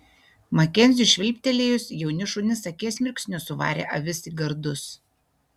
makenziui švilptelėjus jauni šunys akies mirksniu suvarė avis į gardus